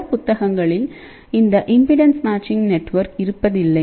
பல புத்தகங்களில் இந்த இம்பெடென்ஸ் மேட்சிங் நெட்வொர்க் இருப்பதில்லை